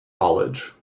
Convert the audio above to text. college